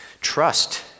trust